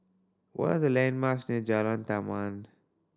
what are the landmarks near Jalan Taman